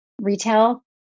retail